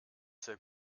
sehr